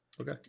Okay